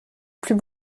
plus